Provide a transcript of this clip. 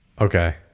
okay